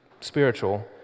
spiritual